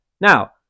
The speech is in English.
Now